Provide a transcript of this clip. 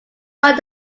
what